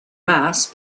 mass